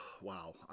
Wow